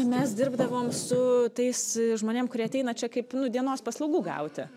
mes dirbdavom su tais žmonėm kurie ateina čia kaip nu dienos paslaugų gauti